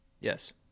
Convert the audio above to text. Yes